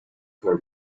her